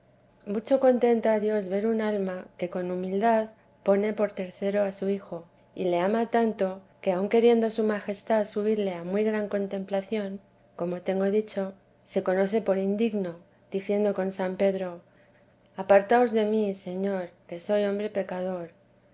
mucho contenta a dios ver un alma que con humildad pone por tercero a su hijo y le ama tanto que aun queriendo su majestad subirle a muy gran contemplación como tengo dicho se conoce por indigno diciendo con san pedro apartaos de mí señor que soy hombre pecador